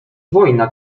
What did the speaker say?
wojna